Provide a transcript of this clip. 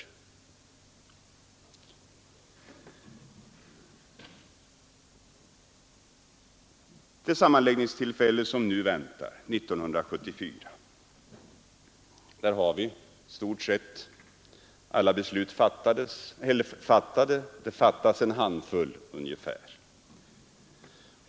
Inför den sammanläggning som nu väntar 1974 har vi i stort sett alla beslut fattade. Det saknas ungefär en handfull.